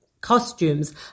costumes